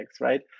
right